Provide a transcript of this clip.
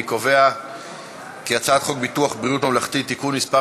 אני קובע כי הצעת חוק ביטוח בריאות ממלכתי (תיקון מס'